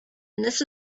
this